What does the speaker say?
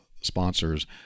sponsors